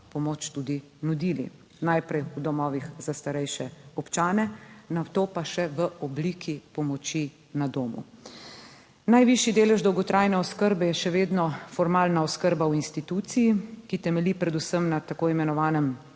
pomoč tudi nudili? Najprej v domovih za starejše občane. Nato pa še v obliki pomoči na domu. Najvišji delež dolgotrajne oskrbe je še vedno formalna oskrba v instituciji, ki temelji predvsem na tako imenovanem